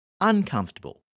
uncomfortable